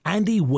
Andy